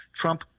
Trump